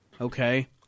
Okay